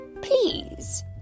please